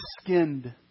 skinned